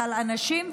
אבל אנשים,